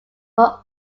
were